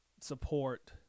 support